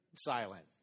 silent